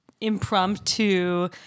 impromptu